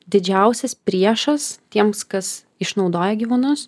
didžiausias priešas tiems kas išnaudoja gyvūnus